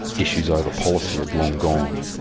issues over policy had long gone.